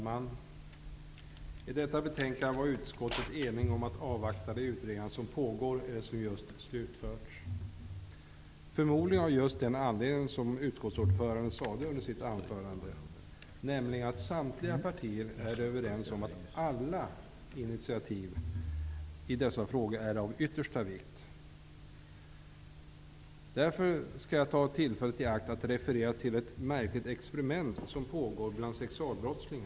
Herr talman! I fråga om detta betänkande har utskottet varit enigt om att avvakta de utredningar som pågår eller som just slutförts. Förmodligen är anledningen just den som utskottsordföranden nämnde i sitt anförande, nämligen att samtliga partier är överens om att alla initiativ i dessa frågor är av yttersta vikt. Därför skall jag ta tillfället i akt och referera till ett märkligt experiment med sexualbrottslingar.